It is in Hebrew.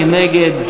מי נגד?